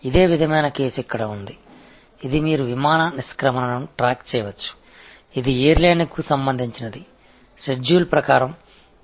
இதே போன்ற ஒரு வழக்கு இங்கே இது விமானம் புறப்படுவதை நீங்கள் கண்காணிக்க முடியும் இது ஒரு விமான நிறுவனத்திற்கானது